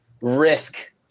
risk